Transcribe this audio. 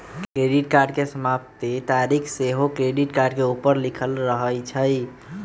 credit card के समाप्ति तारिख सेहो क्रेडिट कार्ड के ऊपर लिखल रहइ छइ